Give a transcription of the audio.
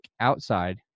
outside